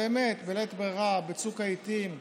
באמת בלית ברירה, בצוק העיתים,